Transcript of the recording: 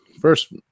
first